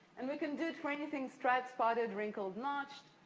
and we can do it for anything striped, spotted, wrinkled, notched,